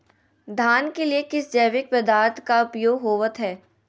धान के लिए किस जैविक पदार्थ का उपयोग होवत है?